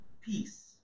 peace